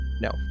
No